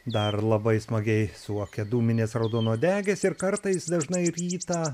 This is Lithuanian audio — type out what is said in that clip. dar labai smagiai suokia dūminės raudonuodegės ir kartais dažnai vyksta